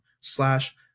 slash